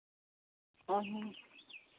ᱚ ᱦᱚᱸ